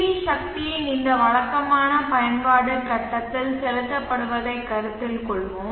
we சக்தியின் இந்த வழக்கமான பயன்பாடு கட்டத்தில் செலுத்தப்படுவதைக் கருத்தில் கொள்வோம்